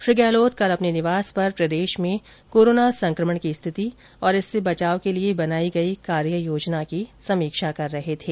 श्री गहलोत कल अपने निवास पर प्रदेश में कोरोना संक्रमण की स्थिति और इससे बचाव के लिए बनाई गई कार्य योजना की समीक्षा कर रहे थे